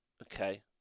Okay